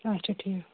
اَچھا ٹھیٖک